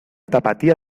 tapatía